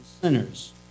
sinners